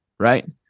right